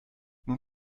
nun